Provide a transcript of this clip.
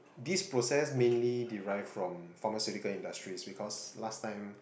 this process mainly derive from pharmaceutical industries because last time